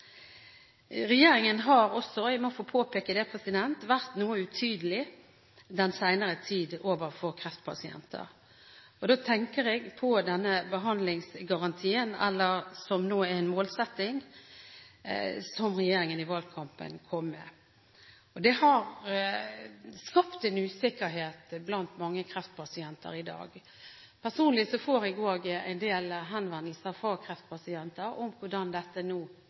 Regjeringen har også – jeg må få påpeke det – den senere tid vært noe utydelig overfor kreftpasienter. Da tenker jeg på den behandlingsgarantien, som nå er en målsetting, som regjeringen kom med i valgkampen. Det har skapt en usikkerhet blant mange kreftpasienter i dag. Personlig får jeg en del henvendelser fra kreftpasienter om hvordan dette nå